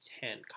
ten